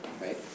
Right